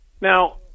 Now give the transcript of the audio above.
Now